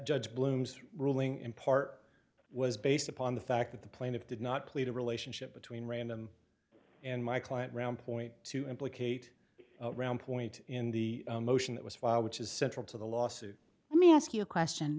judge bloom's ruling in part was based upon the fact that the plaintiff did not plead a relationship between random and my client round point to implicate round point in the motion that was filed which is central to the lawsuit let me ask you a question